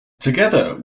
together